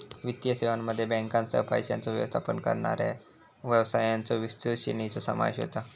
वित्तीय सेवांमध्ये बँकांसह, पैशांचो व्यवस्थापन करणाऱ्या व्यवसायांच्यो विस्तृत श्रेणीचो समावेश होता